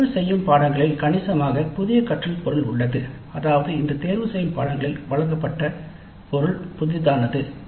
தேர்ந்தெடுக்கப்பட்ட பாடநெறியில் கணிசமாக புதிய கற்றல் பொருள் உள்ளது அதாவது இந்த தேர்ந்தெடுக்கப்பட்ட பாடநெறியில் வழங்கப்பட்ட பொருள் புதிதானது